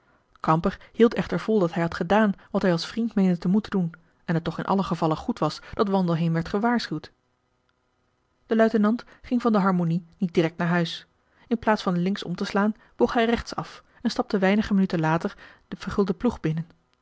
kamper hield echter vol dat hij had gedaan wat hij als vriend meende te moeten doen en het toch in allen gevalle goed was dat wandelheem werd gewaarschuwd de luitenant ging van de harmonie niet direct naar marcellus emants een drietal novellen huis in plaats van links omteslaan boog hij rechts af en stapte weinige minuten later den vergulden ploeg binnen